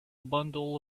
bundle